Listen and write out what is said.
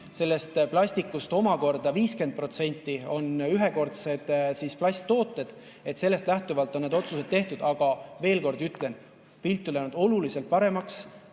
sellest plastikust omakorda 50% on ühekordsed plasttooted. Sellest lähtuvalt on need otsused tehtud. Aga veel kord ütlen: pilt on läinud oluliselt paremaks,